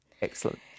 Excellent